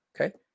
Okay